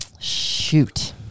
Shoot